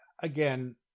again